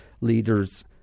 leaders